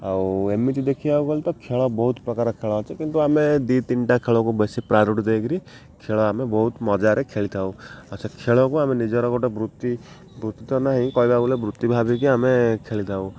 ଆଉ ଏମିତି ଦେଖିବାକୁ ଗଲେ ତ ଖେଳ ବହୁତ ପ୍ରକାର ଖେଳ ଅଛି କିନ୍ତୁ ଆମେ ଦି ତିନିଟା ଖେଳକୁ ବେଶୀ ପ୍ରାୟୋରିଟି ଦେଇକିରି ଖେଳ ଆମେ ବହୁତ ମଜାରେ ଖେଳିଥାଉ ଆଉ ସେ ଖେଳକୁ ଆମେ ନିଜର ଗୋଟେ ବୃତ୍ତି ବୃତ୍ତି ତ ନାହିଁ କହିବା ବୋଲେ ବୃତ୍ତି ଭାବିକି ଆମେ ଖେଳିଥାଉ